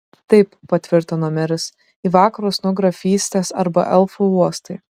taip patvirtino meris į vakarus nuo grafystės arba elfų uostai